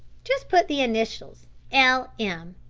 just put the initials l m.